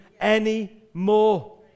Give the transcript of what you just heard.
anymore